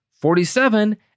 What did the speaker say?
Forty-seven